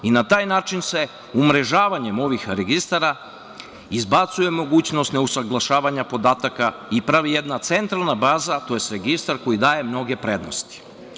Na taj način se umrežavanjem ovih registara izbacuje mogućnost ne usaglašavanja podataka i pravi jedna centralna baza, tj. registar koji daje mnoge prednosti.